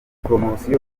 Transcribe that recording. poromosiyo